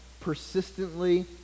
persistently